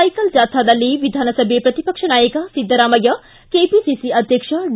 cycle ಜಾಥಾದಲ್ಲಿ ವಿಧಾನಸಭೆ ಪ್ರತಿಪಕ್ಷ ನಾಯಕ ಸಿದ್ದರಾಮಯ್ತ ಕೆಪಿಸಿಸಿ ಅಧ್ಯಕ್ಷ ಡಿ